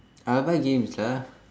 I will buy games lah